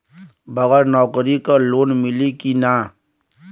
बगर नौकरी क लोन मिली कि ना?